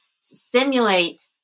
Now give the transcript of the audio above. stimulate